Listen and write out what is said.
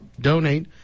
donate